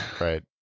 Right